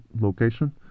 location